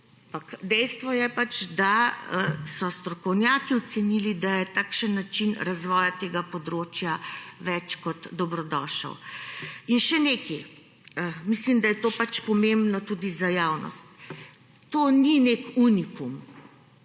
dejstvo je, da so strokovnjaki ocenili, da je takšen način razvoja tega področja več kot dobrodošel. In še nekaj, mislim, da je to pomembno tudi za javnost. To ni nek unikum,